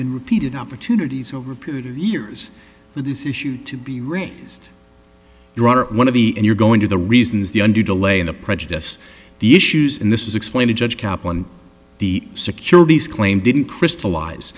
been repeated opportunities over a period of years for this issue to be raised you are one of the and you're going to the reasons the un do delay in the prejudice the issues in this explain to judge kaplan the securities claim didn't crystallize